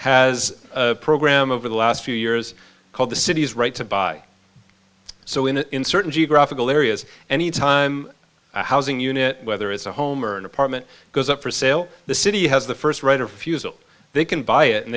has a program over the last few years called the city's right to buy so in an in certain geographical areas any time housing unit whether it's a home or an apartment goes up for sale the city has the st writer fusil they can buy it and